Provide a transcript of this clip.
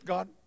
God